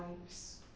lives